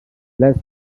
bless